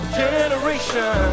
generation